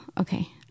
Okay